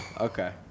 Okay